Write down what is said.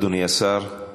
אדוני השר.